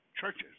churches